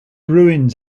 ruins